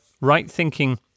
right-thinking